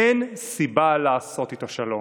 אין סיבה לעשות איתו שלום.